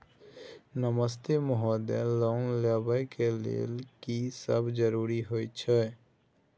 नमस्ते महोदय, लोन लेबै के लेल की सब जरुरी होय छै?